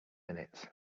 minutes